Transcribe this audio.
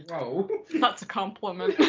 that's a compliment.